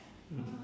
mm